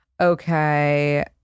Okay